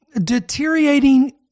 deteriorating